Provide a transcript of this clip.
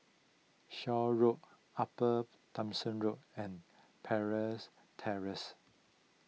Shaw Road Upper Thomson Road and Parrys Terrace